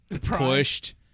pushed